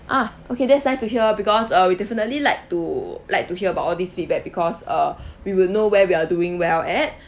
ah okay that's nice to hear because uh we definitely like to like to hear about all these feedback because uh we will know where we are doing well at